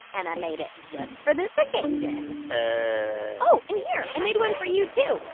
and i made it just for this occasion ah. oh, and here. i made one for you, too,